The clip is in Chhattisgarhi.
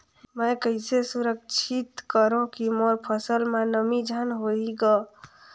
मैं कइसे सुरक्षित करो की मोर फसल म नमी झन होही ग?